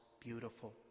beautiful